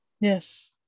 Yes